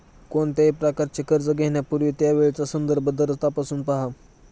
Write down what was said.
कोणत्याही प्रकारचे कर्ज घेण्यापूर्वी त्यावेळचा संदर्भ दर तपासून पहा